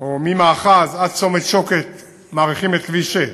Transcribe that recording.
או ממאחז עד צומת שוקת מאריכים את כביש 6,